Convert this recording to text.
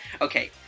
Okay